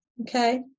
okay